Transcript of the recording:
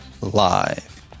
Live